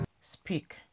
speak